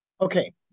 Okay